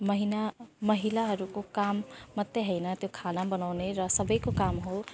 महिना महिलाहरूको काम मात्रै होइन त्यो खाना बनाउने र सबैको काम हो